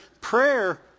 Prayer